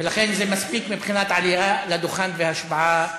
ולכן זה מספיק מבחינת עלייה לדוכן והשבעה.